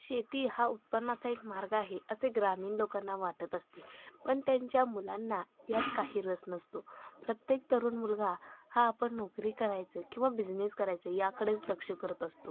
शेती हा उत्पन्नाचा एक मार्ग आहे असे ग्रामीण लोकांना वाटत असते पण त्यांच्या मुलांना यात काही रस नसतो प्रत्येक तरुण मुलगा हा आपण नोकरी करायचं किंवा बिझनेस करायचं याकडेच लक्ष करत असतो